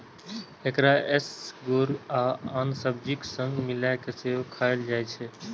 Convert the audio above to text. एकरा एसगरो आ आन सब्जीक संग मिलाय कें सेहो खाएल जाइ छै